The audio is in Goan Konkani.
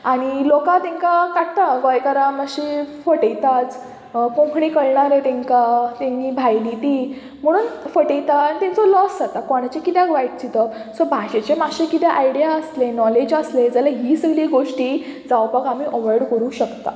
आनी लोकां तेंकां काडटा गोंयकारां मातशी फटयताच कोंकणी कळना तेंकां तेंगी भायली ती म्हणून फटयता आनी तेंचो लॉस जाता कोणाचें कित्याक वायट चिंतप सो भाशेचें मातशें कितें आयडिया आसलें नॉलेज आसलें जाल्यार ही सगळी गोश्टी जावपाक आमी अवॉयड करूंक शकता